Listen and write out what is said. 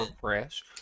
fresh